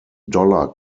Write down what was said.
dollar